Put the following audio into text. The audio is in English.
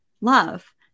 love